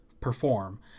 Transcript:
perform